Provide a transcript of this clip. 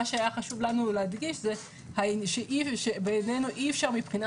מה שהיה חשוב לנו להדגיש זה שבעינינו אי אפשר מבחינת